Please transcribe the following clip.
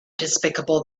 despicable